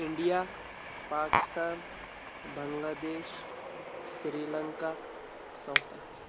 India Pakistan Bangladesh Sri Lanka South Africa